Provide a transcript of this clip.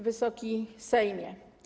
Wysoki Sejmie!